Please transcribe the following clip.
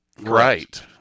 right